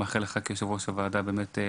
מאחל לך כיושב-ראש הוועדה הצלחה,